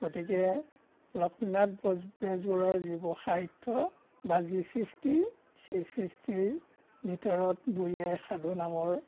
গতিকে লক্ষ্মীনাথ বজ বেজবৰুৱাৰ যিবোৰ সাহিত্য বা যি সৃষ্টি সেই সৃষ্টিৰ ভিতৰত বুঢ়ী আইৰ সাধু নামৰ